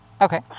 okay